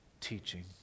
teaching